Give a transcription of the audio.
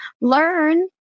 learn